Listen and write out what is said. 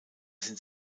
sind